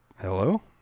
Hello